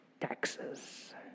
taxes